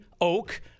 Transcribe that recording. oak